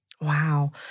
Wow